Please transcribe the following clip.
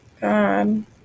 God